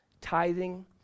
Tithing